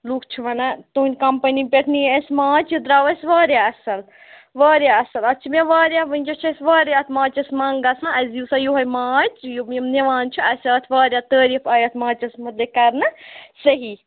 لُکھ چھِ وَنان تُہٕنٛدِ کَمپٔنی پٮ۪ٹھ نِیہِ اَسہِ مانٛچھ یہِ درٛاو اَسہِ واریاہ اَصٕل واریاہ اَصٕل اَتھ چھِ مےٚ واریاہ وُنکٮ۪س چھِ اَسہِ واریاہ اَتھ مانٛچَھس منٛگ گژھان اَسہِ دِیِو سا یِہےَ مانٛچھ یِم یِم نِوان چھِ اَسہِ آسہٕ واریاہ تٲریٖف آیہِ اَتھ مانٛچھس مُتعلِق کَرنہٕ صحیح